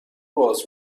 باز